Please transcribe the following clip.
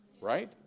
right